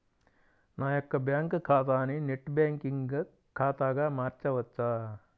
నా యొక్క బ్యాంకు ఖాతాని నెట్ బ్యాంకింగ్ ఖాతాగా మార్చవచ్చా?